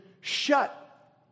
shut